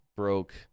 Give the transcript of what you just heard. Broke